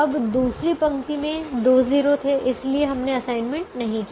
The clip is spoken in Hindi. अब दूसरी पंक्ति में दो 0 थे इसलिए हमने असाइनमेंट नहीं किया